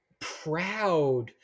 proud